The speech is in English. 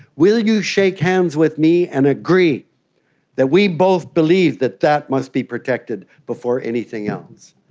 will you shake hands with me and agree that we both believe that that must be protected before anything else?